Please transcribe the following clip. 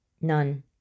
None